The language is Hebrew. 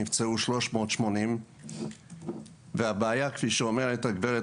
נפצעו 380. והבעיה כפי שאומרת הגברת,